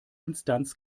instanz